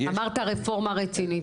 אמרת רפורמה רצינית.